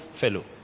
fellow